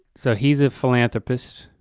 so he's a philanthropist.